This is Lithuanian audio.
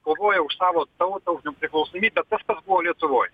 kovoja už savo tautą už nepriklausomybę tas kas buvo lietuvoj